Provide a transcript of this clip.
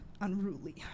unruly